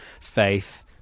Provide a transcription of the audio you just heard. Faith